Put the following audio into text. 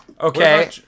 Okay